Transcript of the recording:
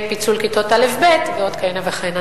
ופיצול כיתות א'-ב', ועוד כהנה וכהנה.